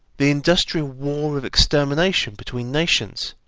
the industrial war of extermination between nations,